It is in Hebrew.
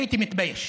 הייתי מתבייש.